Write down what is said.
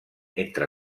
entre